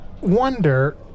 wonder